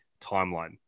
timeline